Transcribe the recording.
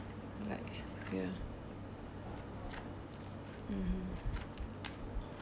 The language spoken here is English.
right ya (uh huh)